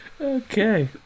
Okay